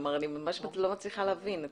כלומר, אני ממש לא מצליחה להבין.